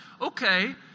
Okay